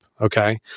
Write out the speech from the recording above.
okay